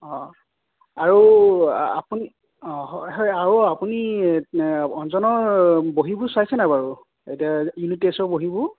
অঁ আৰু আপুনি অঁ হয় হয় আৰু আপুনি অঞ্জনৰ বহীবোৰ চাইছেনে বাৰু এতিয়া ইউনিট টেষ্টৰ বহীবোৰ